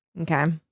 Okay